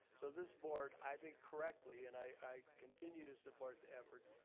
so this board, i think correctly, and i continue to support the efforts,